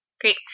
Great